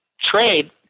trade